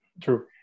True